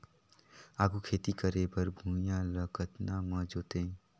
आघु खेती करे बर भुइयां ल कतना म जोतेयं?